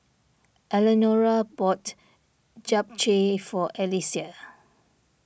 Elenora bought Japchae for Alesia